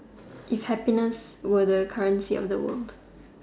if happiness were the currency of the world